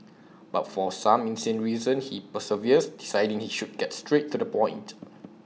but for some insane reason he perseveres deciding he should get straight to the point